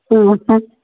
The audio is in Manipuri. ꯎꯝ